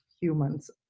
humans